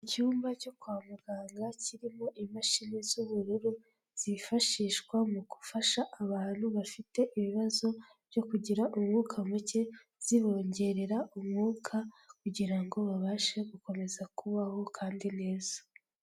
Icyumba cyo kwa muganga kirimo imashini z'ubururu, zifashishwa mu gufasha abantu bafite ibibazo byo kugira umwuka muke, zibongerera umwuka kugira ngo babashe gukomeza kubaho kandi neza.